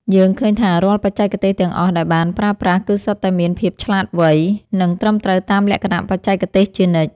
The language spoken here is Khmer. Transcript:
យើងឃើញថារាល់បច្ចេកទេសទាំងអស់ដែលបានប្រើប្រាស់គឺសុទ្ធតែមានភាពឆ្លាតវៃ និង ត្រឹមត្រូវតាមលក្ខណៈបច្ចេកទេសជានិច្ច។